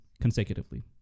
consecutively